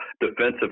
defensive